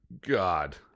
God